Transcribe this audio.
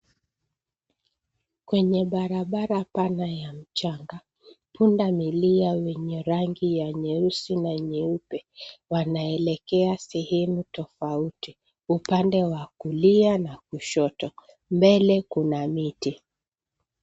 Kwenye barabara pana ya mchanga, pundamilia wenye rangi ya nyeusi na nyeupe wanaelekea sehemu tofauti upande wa kulia na kushoto. Mbele kuna miti.